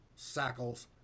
sackles